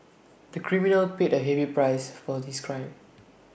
the criminal paid A heavy price for his crime